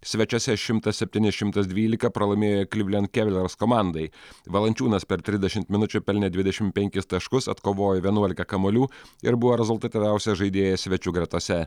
svečiuose šimtas septyni šimtas dvylika pralaimėjo klivlend kavaliers komandai valančiūnas per trisdešimt minučių pelnė dvidešimt penkis taškus atkovojo vienuolika kamuolių ir buvo rezultatyviausias žaidėjas svečių gretose